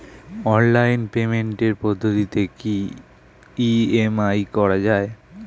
Online পেমেন্টের পদ্ধতিতে কি ই.এম.আই করা যায়?